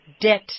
debt